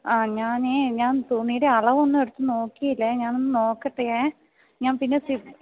ആ ഞാനേ ഞാൻ തുണിയുടെ അളവൊന്ന് എടുത്ത് നോക്കിയില്ല ഞാനൊന്ന് നോക്കട്ടെ ഞാൻ പിന്നെ